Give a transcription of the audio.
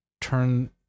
turn